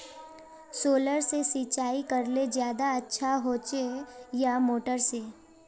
Solar से सिंचाई करले ज्यादा अच्छा होचे या मोटर से?